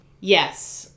Yes